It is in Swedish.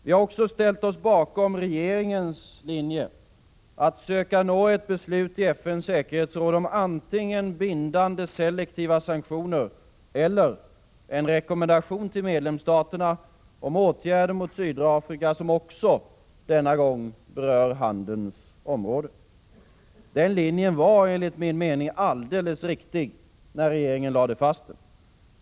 Vi har också ställt oss bakom regeringens linje att söka nå ett beslut i FN:s säkerhetsråd om antingen bindande selektiva sanktioner eller en rekommendation till medlemsstaterna om åtgärder mot Sydafrika som, också denna gång, berör handelns område. Den linjen var enligt mening alldeles riktig, när regeringen lade fast den.